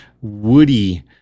woody